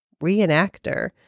reenactor